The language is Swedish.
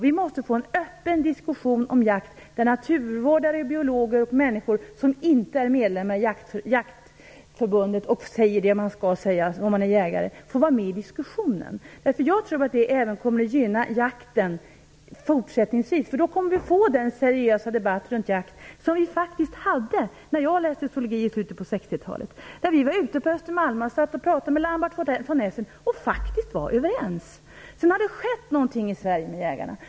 Vi måste få en öppen diskussion om jakt, där naturvårdare, biologer och människor som inte är medlemmar i Svenska jägarförbundet och säger det man skall säga om man är jägare får vara med i diskussionen. Jag tror att det även kommer att gynna jakten fortsättningsvis. Då kommer vi att få den seriösa debatt runt jakt, som vi faktiskt hade när jag läste zoologi i slutet av 1960-talet. Vi var ute på Öster Malma och satt och pratade med Lambart von Essen och var faktiskt överens. Sedan har det skett någonting med jägarna i Sverige.